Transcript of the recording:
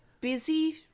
busy